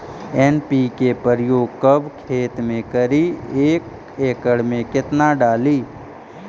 NPK प्रयोग कब खेत मे करि एक एकड़ मे कितना डाली?